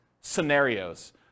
scenarios